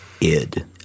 Id